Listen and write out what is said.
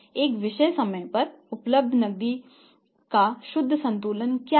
एक विशेष समय पर उपलब्ध नकदी का शुद्ध संतुलन क्या है